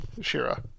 Shira